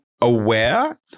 aware